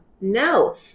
No